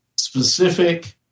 specific